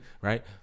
right